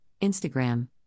Instagram